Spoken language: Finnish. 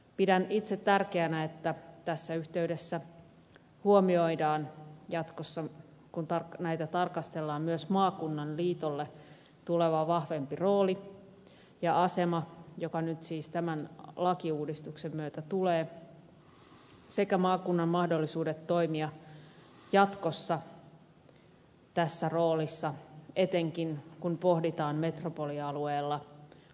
pidän itse tärkeänä että tässä yhteydessä huomioidaan jatkossa kun näitä tarkastellaan myös maakunnan liitolle tuleva vahvempi rooli ja asema joka nyt siis tämän lakiuudistuksen myötä tulee sekä maakunnan mahdollisuudet toimia jatkossa tässä roolissa etenkin kun pohditaan metropolialueella aiesopimusmenettelyn tarkoituksenmukaisuutta